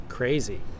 crazy